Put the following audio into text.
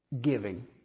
giving